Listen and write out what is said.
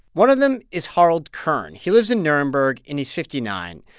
one of them is harald kern. he lives in nuremberg, and he's fifty nine.